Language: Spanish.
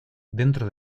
dentro